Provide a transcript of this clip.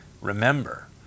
Remember